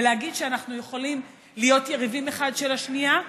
ולהגיד שאנחנו יכולים להיות יריבים אחד של השנייה,